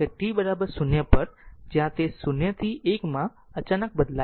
છે t 0 પર જ્યાં તે 0 થી 1 માં અચાનક બદલાય છે